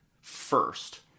first